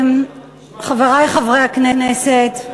חברי חברי הכנסת,